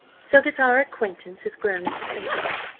so that our acquaintance has grown into friendship.